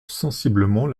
sensiblement